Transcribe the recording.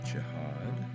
Jihad